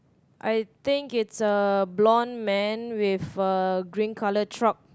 I think it's a blonde man with a green colour truck